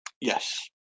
Yes